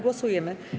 Głosujemy.